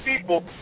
people